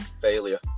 failure